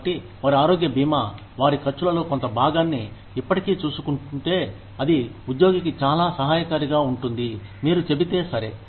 కాబట్టి వారి ఆరోగ్య బీమా వారి ఖర్చులలో కొంత భాగాన్ని ఇప్పటికీ చూసుకుంటుంటే అది ఉద్యోగికి చాలా సహాయకారిగా ఉంటుంది మీరు చెబితే సరే